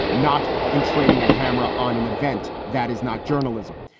not in training a camera on an event that is not journalism.